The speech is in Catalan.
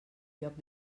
lloc